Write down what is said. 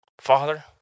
Father